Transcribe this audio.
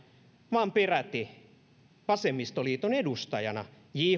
vaan peräti vasemmistoliiton edustajina